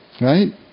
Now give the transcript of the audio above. right